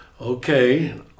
okay